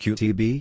Qtb